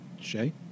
Shay